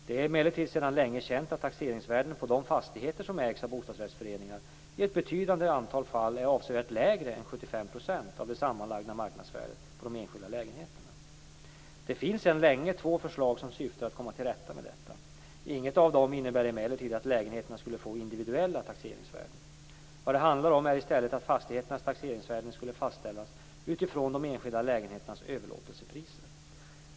Det är emellertid sedan länge känt att taxeringsvärdena på de fastigheter som ägs av bostadsrättsföreningar i ett betydande antal fall är avsevärt lägre än 75 % av det sammanlagda marknadsvärdet på de enskilda lägenheterna. Det finns sedan länge två förslag som syftar till att komma till rätta med detta. Inget av dem innebär emellertid att lägenheterna skulle få individuella taxeringsvärden. Vad det handlar om är i stället att fastigheternas taxeringsvärden skulle fastställas utifrån de enskilda lägenheternas överlåtelsepriser.